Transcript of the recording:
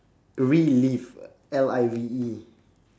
relive L I V E